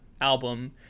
album